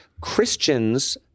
Christians